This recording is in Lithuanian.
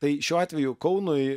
tai šiuo atveju kaunui